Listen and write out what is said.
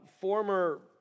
former